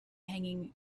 hanging